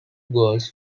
goals